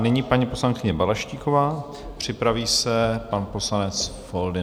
Nyní paní poslankyně Balaštíková, připraví se pan poslanec Foldyna.